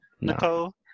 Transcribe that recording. Nicole